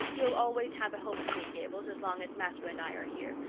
you'll always have a home at green gables as long as matthew and i are here,